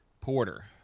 porter